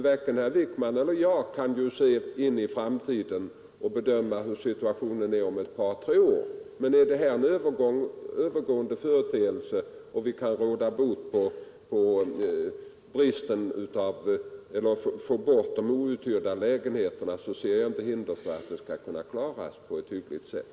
Varken herr Wijkman eller jag kan se in i framtiden och bedöma hur situationen är om två å tre år. Om detta är en övergående företeelse och vi kan få bort de outhyrda lägenheterna, borde studentföretagen kunna klara upp situationen på ett hyggligt sätt.